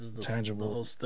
tangible